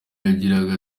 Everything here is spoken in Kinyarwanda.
yagiraga